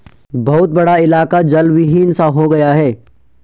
बहुत बड़ा इलाका जलविहीन सा हो गया है